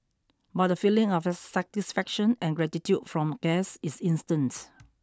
but the feeling of satisfaction and gratitude from guests is instant